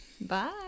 Bye